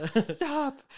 Stop